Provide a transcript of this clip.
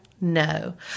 No